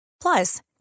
Plus